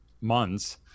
months